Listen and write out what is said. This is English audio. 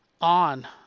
on